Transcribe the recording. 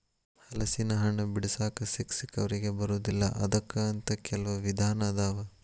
ಹಲಸಿನಹಣ್ಣ ಬಿಡಿಸಾಕ ಸಿಕ್ಕಸಿಕ್ಕವರಿಗೆ ಬರುದಿಲ್ಲಾ ಅದಕ್ಕ ಅಂತ ಕೆಲ್ವ ವಿಧಾನ ಅದಾವ